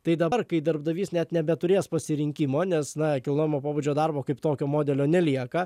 tai dabar kai darbdavys net nebeturės pasirinkimo nes na kilnojamo pobūdžio darbo kaip tokio modelio nelieka